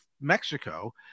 Mexico